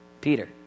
Peter